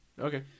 Okay